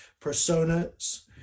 personas